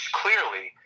clearly